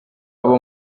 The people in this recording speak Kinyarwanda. aba